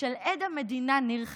של עד המדינה ניר חפץ.